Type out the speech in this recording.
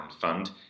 fund